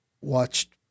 watched